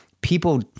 people